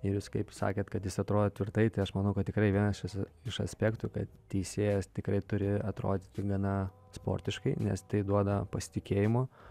ir jūs kaip sakėt kad jis atrodo tvirtai tai aš manau kad tikrai vienas iš aspektų kad teisėjas tikrai turi atrodyti gana sportiškai nes tai duoda pasitikėjimo